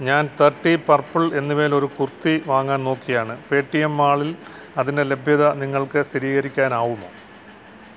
ഞാൻ thirty purple എന്നിവയിൽ ഒരു കുർത്തി വാങ്ങാൻ നോക്കിയാണ് പേടിഎം മാളിൽ അതിൻ്റെ ലഭ്യത നിങ്ങൾക്ക് സ്ഥിരീകരിക്കാനാകുമോ